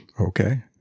Okay